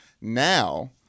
Now –